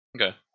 Okay